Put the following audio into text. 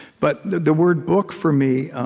but the the word book, for me